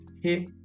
hey